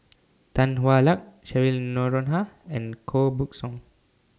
Tan Hwa Luck Cheryl Noronha and Koh Buck Song